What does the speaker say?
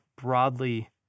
broadly